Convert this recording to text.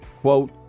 Quote